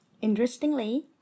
interestingly